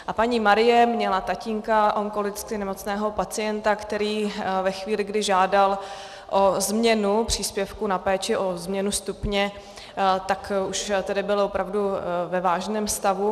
A paní Marie měla tatínka, onkologicky nemocného pacienta, který ve chvíli, kdy žádal o změnu příspěvku na péči, o změnu stupně, tak už byl opravdu ve vážném stavu.